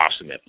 awesome